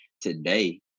today